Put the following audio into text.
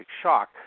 shock